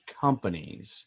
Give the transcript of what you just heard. companies